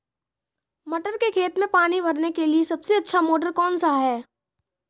मटर के खेत में पानी भरने के लिए सबसे अच्छा मोटर कौन सा है?